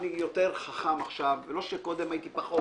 אני יותר חכם עכשיו ולא שקודם הייתי פחות